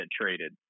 traded